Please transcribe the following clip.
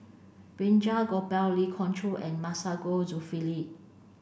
Balraj Gopal Lee Khoon Choy and Masagos Zulkifli